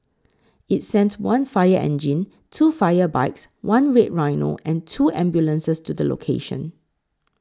it sent one fire engine two fire bikes one Red Rhino and two ambulances to the location